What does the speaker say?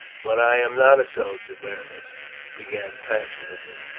but i am not a soldier berenice began passionately.